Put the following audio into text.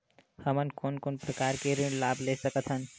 हमन कोन कोन प्रकार के ऋण लाभ ले सकत हन?